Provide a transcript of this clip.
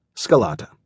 Scalata